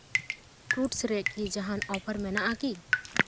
fruits ᱨᱮᱠᱤ ᱡᱟᱦᱟᱱ ᱚᱯᱷᱟᱨ ᱢᱮᱱᱟᱜᱼᱟᱠᱤ